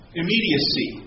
immediacy